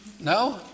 No